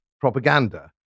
propaganda